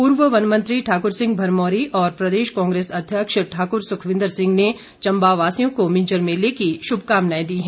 पूर्व वन मंत्री ठाकुर सिंह भरमौरी और प्रदेश कांग्रेस अध्यक्ष ठाकुर सुखविन्दर सिंह ने चम्बावासियों को मिंजर मेले की शुभकामनाएं दी हैं